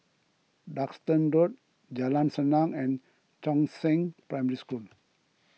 Duxton Road Jalan Senang and Chongzheng Primary School